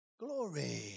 Glory